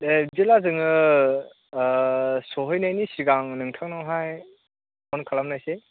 दे बिदिब्ला जोङो सहैनायनि सिगां नोंथांनावहाय फन खालामनायसै